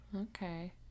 Okay